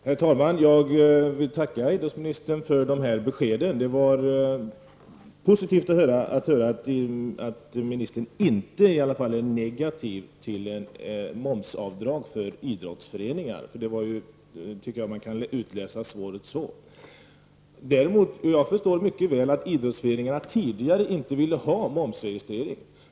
Herr talman! Jag vill tacka idrottsministern för dessa besked. Det var positivt att höra att idrottsministern i varje fall inte är negativ till momsavdrag för idrottsföreningar. Jag tycker att man kan tolka svaret så. Jag förstår mycket väl att idrottsföreningarna tidigare inte ville ha momsregistering.